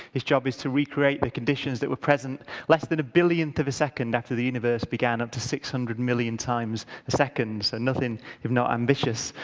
its job is to recreate the conditions that were present less than a billionth of a second after the universe began, up to six hundred million times a second. it's and nothing if not ambitious.